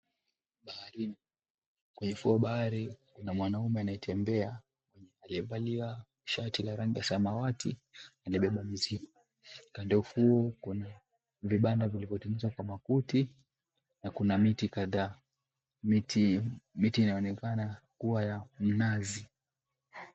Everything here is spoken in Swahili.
Baharini. Kwenye ufuo wa bahari kuna mwanaume anayetembea aliyevalia shati la rangi ya samawati aliyebeba mizigo. Kando ya ufuo kuna vibanda vilivyotengenezwa kwa makuti na kuna miti kadhaa, miti inayoonekana kuwa ya mnazi.